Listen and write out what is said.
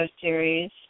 series